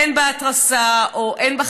אין בה התרסה ואין בה,